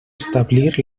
establir